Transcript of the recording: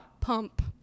pump